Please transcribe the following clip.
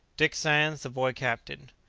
dick sands the boy captain.